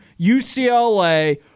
UCLA